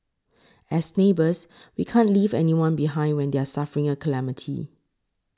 as neighbours we can't leave anyone behind when they're suffering a calamity